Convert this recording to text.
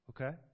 Okay